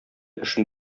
эшен